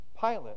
Pilate